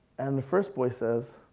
and the first boy says,